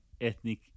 ethnic